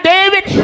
David